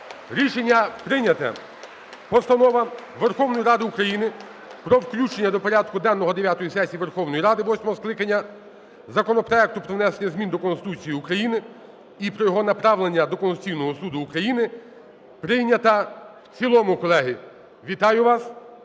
Рішення прийнято. Постанова Верховної Ради України "Про включення до порядку денного дев'ятої сесії Верховної Ради восьмого скликання законопроекту про внесення змін до Конституції України і про його направлення до Конституційного Суду України" прийнята в цілому, колеги. Вітаю вас!